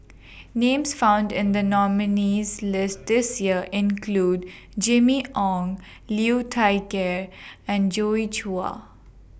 Names found in The nominees' list This Year include Jimmy Ong Liu Thai Ker and Joi Chua